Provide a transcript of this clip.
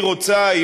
היא רוצה,